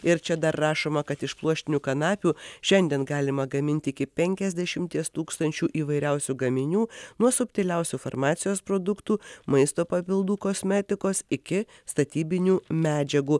ir čia dar rašoma kad iš pluoštinių kanapių šiandien galima gaminti iki penkiasdešimties tūkstančių įvairiausių gaminių nuo subtiliausių farmacijos produktų maisto papildų kosmetikos iki statybinių medžiagų